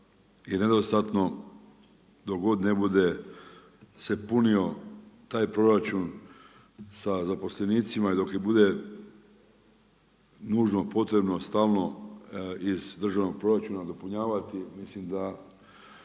je nedostatno dok god ne bude se punio taj proračun sa zaposlenicima i dok bude nužno potrebno stalno iz državnog proračuna dopunjavati, mislim da